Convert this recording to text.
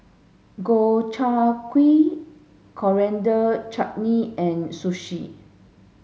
Gobchang Gui Coriander Chutney and Sushi